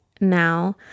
now